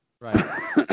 Right